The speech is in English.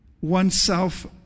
oneself